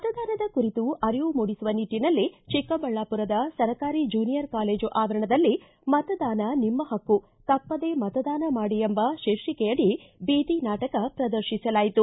ಮತದಾನದ ಕುರಿತು ಅರಿವು ಮೂಡಿಸುವ ನಿಟ್ಟನಲ್ಲಿ ಚಿಕ್ಕಬಳ್ಳಾಪುರದ ಸರ್ಕಾರಿ ಜೂನಿಯರ್ ಕಾಲೇಜು ಆವರಣದಲ್ಲಿ ಮತದಾನ ನಿಮ್ಮ ಹಕ್ಕು ತಪ್ಪದೆ ಮತದಾನ ಮಾಡಿ ಎಂಬ ಶೀರ್ಷಿಕೆಯಡಿ ಬೀದಿ ನಾಟಕ ಪ್ರದರ್ಶಿಸಲಾಯಿತು